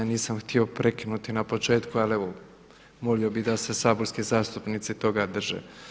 Nisam htio prekinuti na početku, ali evo molio bih da se saborski zastupnici toga drže.